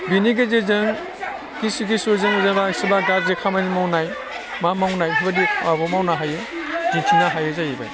बेनि गेजेरजों खिसु खिसु जों जेब्ला सोरबा गाज्रि खामानि मावनाय मा मावनाय बेफोरबायदि माबा मावनो हायो दिन्थिनो हायो जाहैबाय